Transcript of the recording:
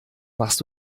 machst